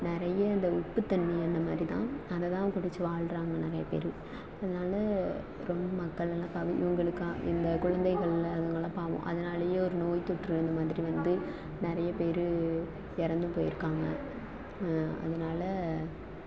நிறைய இந்த உப்புத் தண்ணி அந்த மாதிரி தான் அதை தான் குடிச்சு வாழ்கிறாங்க நிறையாப் பேர் அதனால ரொம்ப மக்களெல்லாம் இவங்களுக்கா இந்த குழந்தைகள் இல்லாதவங்களாம் பாவம் அதனாலையே ஒரு நோய்த்தொற்று அந்த மாதிரி வந்து நிறையப் பேர் இறந்தும் போயிருக்காங்க அதனால்